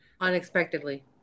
Unexpectedly